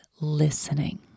listening